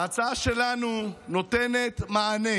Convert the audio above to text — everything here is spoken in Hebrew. ההצעה שלנו נותנת מענה